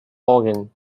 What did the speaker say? organ